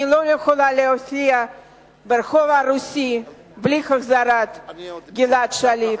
אני לא יכולה להופיע ברחוב הרוסי בלי החזרת גלעד שליט.